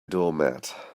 doormat